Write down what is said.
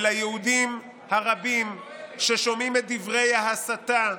וליהודים הרבים ששומעים את דברי ההסתה.